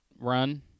run